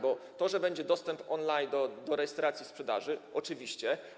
Bo to, że będzie dostęp on-line do rejestracji sprzedaży oczywiście.